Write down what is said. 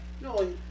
No